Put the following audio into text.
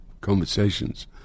conversations